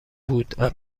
بوداز